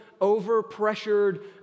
over-pressured